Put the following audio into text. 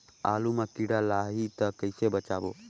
आलू मां कीड़ा लाही ता कइसे बचाबो?